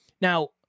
Now